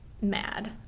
mad